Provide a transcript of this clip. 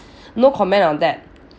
no comment on that